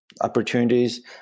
opportunities